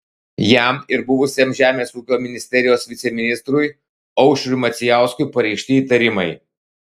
jam ir buvusiam žemės ūkio ministerijos viceministrui aušriui macijauskui pareikšti įtarimai